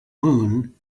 moon